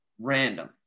random